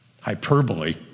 hyperbole